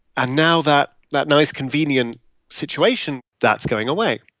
and now that that nice, convenient situation that's going away.